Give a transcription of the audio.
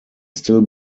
still